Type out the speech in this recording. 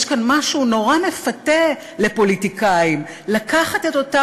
יש כאן משהו נורא מפתה לפוליטיקאים: לקחת את אותה